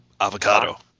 Avocado